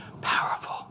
Powerful